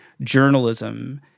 journalism